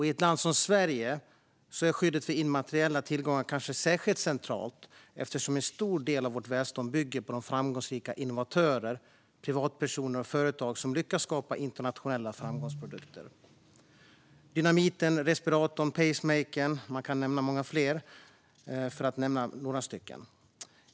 I ett land som Sverige är skyddet för immateriella tillgångar kanske särskilt centralt eftersom en stor del av vårt välstånd bygger på de framgångsrika innovatörer, privatpersoner och företag som lyckats skapa internationella framgångsprodukter: dynamiten, respiratorn och pacemakern. Det är några produkter, men man kan nämna många fler.